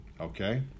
Okay